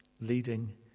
leading